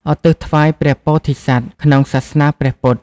ឧទ្ទិសថ្វាយព្រះពោធិសត្វ ក្នុងសាសនាព្រះពុទ្ធ។